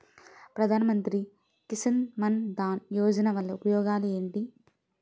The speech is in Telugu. ప్రధాన మంత్రి కిసాన్ మన్ ధన్ యోజన వల్ల ఉపయోగాలు ఏంటి?